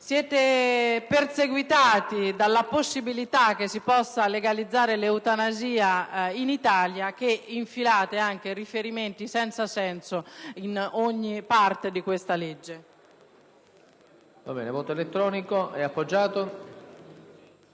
Siete così perseguitati dalla possibilità che si possa legalizzare l'eutanasia in Italia che infilate riferimenti senza senso in ogni parte del disegno di legge.